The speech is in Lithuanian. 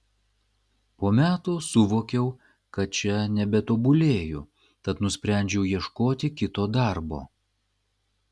po metų suvokiau kad čia nebetobulėju tad nusprendžiau ieškoti kito darbo